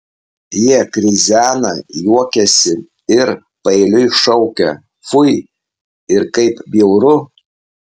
jie krizena juokiasi ir paeiliui šaukia fui ir kaip bjauru